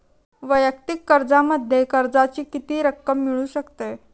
वैयक्तिक कर्जामध्ये कर्जाची किती रक्कम मिळू शकते?